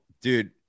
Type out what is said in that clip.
dude